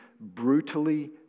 brutally